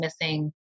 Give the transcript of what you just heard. missing